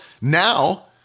now